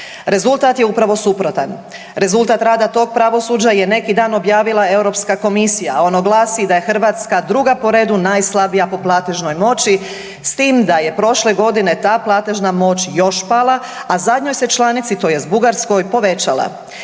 Rezultat je upravo suprotan. Rezultat rada tog pravosuđa je neki dan objavila Europska komisija, a ono glasi da je Hrvatska druga po redu najslabija po platežnoj moći s tim da je prošle godine ta platežna moć još pala, a zadnjoj se članici tj. Bugarskoj povećala.